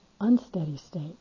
unsteady-state